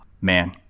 man